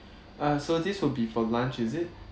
uh so this will be for lunch is it